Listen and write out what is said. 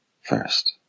first